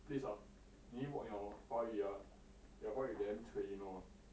please ah you need to work on your 华语 ah your 华语 damn cui you know